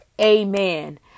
Amen